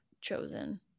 chosen